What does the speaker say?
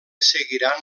seguiran